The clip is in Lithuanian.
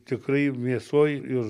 tikrai mėsoj ir